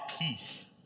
peace